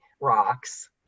rocks